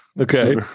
Okay